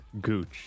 Gooch